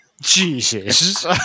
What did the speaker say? Jesus